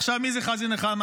עכשיו, מי זה חזי נחמה,